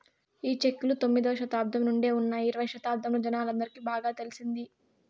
ఈ చెక్కులు తొమ్మిదవ శతాబ్దం నుండే ఉన్నాయి ఇరవై శతాబ్దంలో జనాలందరికి బాగా తెలిసింది